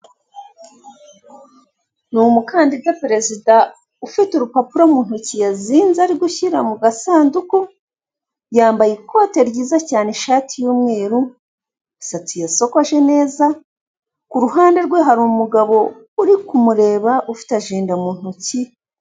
Umukandida perezida ufite urupapuro mu ntoki yazinze ari gushyira mu gasanduku, yambaye ikote ryiza cyane ishati y'umweru imisatsi yasokoshe neza ku ruhande rwe hari umugabo uri kumureba ufite ajenda mu ntoki.